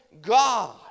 god